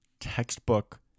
textbook